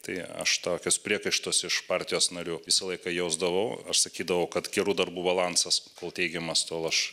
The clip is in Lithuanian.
tai aš tokius priekaištus iš partijos narių visą laiką jausdavau aš sakydavau kad gerų darbų balansas kol teigiamas tol aš